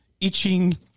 Itching